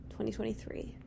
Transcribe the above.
2023